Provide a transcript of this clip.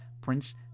Prince